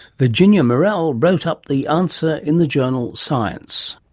virginia morell wrote up the answer in the journal science.